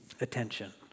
Attention